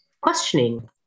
questioning